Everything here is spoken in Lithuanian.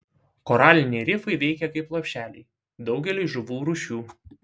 koraliniai rifai veikia kaip lopšeliai daugeliui žuvų rūšių